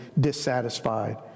dissatisfied